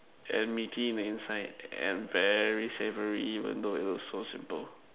and meaty inside even though it was so simple